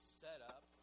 setup